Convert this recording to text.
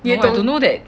no I don't know that